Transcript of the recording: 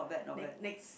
ne~ next